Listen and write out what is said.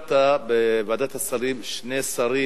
הזכרת בוועדת השרים שני שרים